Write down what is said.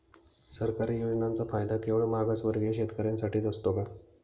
सरकारी योजनांचा फायदा केवळ मागासवर्गीय शेतकऱ्यांसाठीच असतो का?